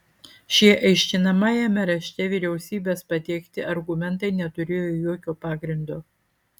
šie aiškinamajame rašte vyriausybės pateikti argumentai neturėjo jokio pagrindo